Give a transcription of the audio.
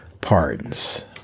pardons